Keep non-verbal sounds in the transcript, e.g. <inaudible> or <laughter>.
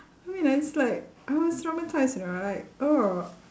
I mean ah it's like I was traumatised you know like <noise>